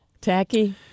Tacky